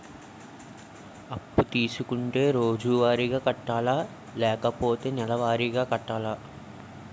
అప్పు తీసుకుంటే రోజువారిగా కట్టాలా? లేకపోతే నెలవారీగా కట్టాలా?